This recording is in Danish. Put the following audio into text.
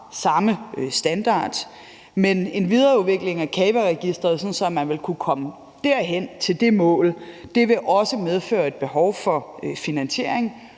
samme standard, men en videreudvikling af CAVE-registeret, sådan at man vil kunne komme hen til det mål, vil også medføre et behov for finansiering,